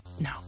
No